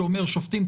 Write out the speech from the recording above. שאומר שופטים,